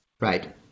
Right